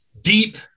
deep